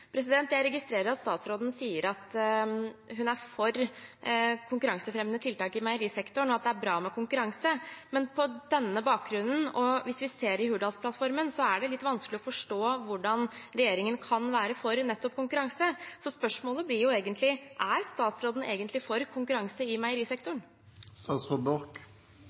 Jeg registrerer at statsråden sier at hun er for konkurransefremmende tiltak i meierisektoren, og at det er bra med konkurranse, men på denne bakgrunnen og hvis vi ser i Hurdalsplattformen, er det litt vanskelig å forstå hvordan regjeringen kan være for nettopp konkurranse. Så spørsmålet blir: Er statsråden egentlig for konkurranse i meierisektoren? Statsråden er veldig for konkurranse i